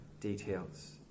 details